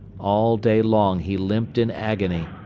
all day long he limped in agony,